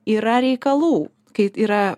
yra reikalų kai yra